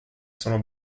sono